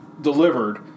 delivered